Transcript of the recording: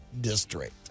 district